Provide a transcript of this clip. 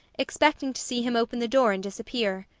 expecting to see him open the door and disappear.